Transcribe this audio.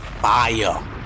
fire